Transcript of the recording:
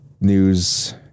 news